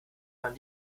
man